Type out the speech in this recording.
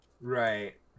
Right